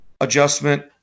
adjustment